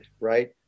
right